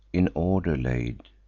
in order laid,